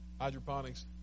Hydroponics